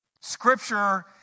Scripture